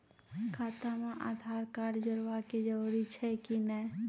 खाता म आधार कार्ड जोड़वा के जरूरी छै कि नैय?